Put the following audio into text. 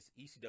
ECW